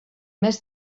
més